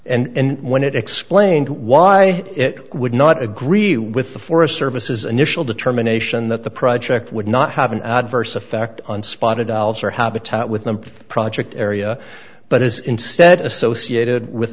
and when it explained why it would not agree with the forest service is initial determination that the project would not have an adverse effect on spotted dollars or habitat with the project area but is instead associated with